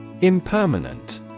Impermanent